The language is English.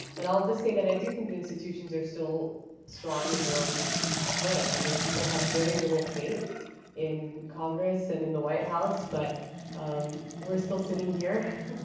and i'll just say that i do think the institutions are still strong in their own way. i mean, if people have very little faith in congress, and in the white house, but we're still sitting here,